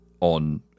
on